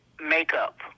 makeup